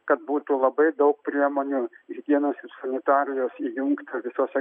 kad būtų labai daug priemonių higienos ir sanitarijos įjungta visose